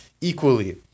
equally